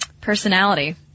personality